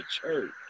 church